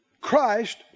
Christ